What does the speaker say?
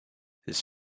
his